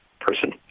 person